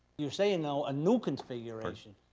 you're saying now a new configuration.